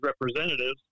representatives